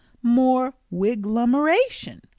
more wiglomeration,